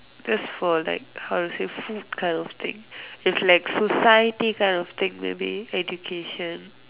that's for like how to say food kind of thing if like society kind of thing maybe education